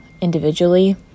individually